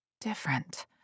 different